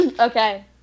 Okay